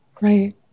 Right